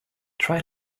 try